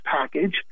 package